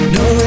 no